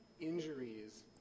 injuries